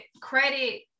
credit